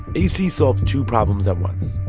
ac solved two problems at once.